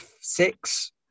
six